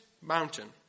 mountain